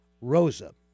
Rosa